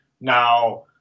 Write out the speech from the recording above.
Now